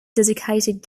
dedicated